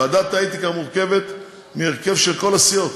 ועדת האתיקה מורכבת מהרכב של כל הסיעות.